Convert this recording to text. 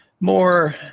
more